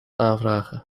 aanvragen